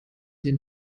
den